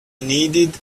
needed